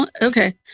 Okay